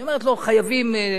היא אומרת: לא, חייבים,